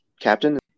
captain